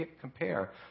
compare